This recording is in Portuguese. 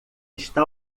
está